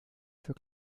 für